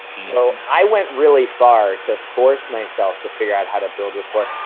so i went really far to force myself to figure out how to build rapport.